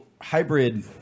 hybrid